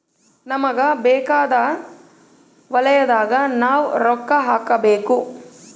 ನಮಗ ಬೇಕಾಗಿದ್ದ ವಲಯದಾಗ ನಾವ್ ರೊಕ್ಕ ಹಾಕಬೇಕು